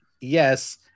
Yes